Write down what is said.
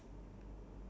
ya